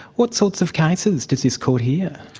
what sorts of cases does this court hear?